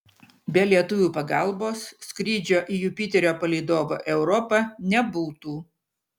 be lietuvių pagalbos skrydžio į jupiterio palydovą europą nebūtų